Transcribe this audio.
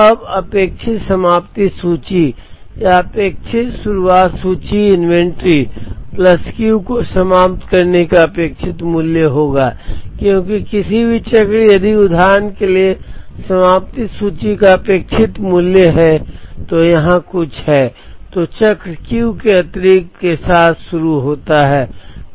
अब अपेक्षित समाप्ति सूची या अपेक्षित शुरुआत सूची इन्वेंट्री प्लस क्यू को समाप्त करने का अपेक्षित मूल्य होगा क्योंकि किसी भी चक्र यदि उदाहरण के लिए समाप्ति सूची का अपेक्षित मूल्य है तो यहां कुछ है तो चक्र क्यू के अतिरिक्त के साथ शुरू होता है